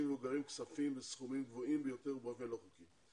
מבוגרים כספים בסכומים גבוהים ביותר באופן לא חוקי.